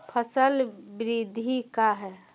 फसल वृद्धि का है?